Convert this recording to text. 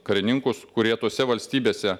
karininkus kurie tose valstybėse